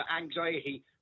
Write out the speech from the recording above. anxiety